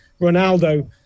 Ronaldo